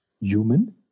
human